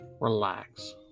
relax